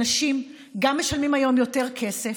אנשים גם משלמים היום יותר כסף,